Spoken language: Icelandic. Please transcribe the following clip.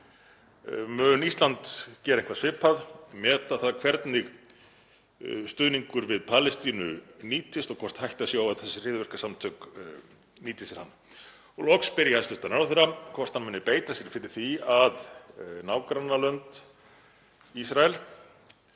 Mun Ísland gera eitthvað svipað, meta það hvernig stuðningur við Palestínu nýtist og hvort hætta sé á að þessi hryðjuverkasamtök nýti sér hann? Loks spyr ég hæstv. ráðherra hvort hann muni beita sér fyrir því að nágrannalönd Ísraels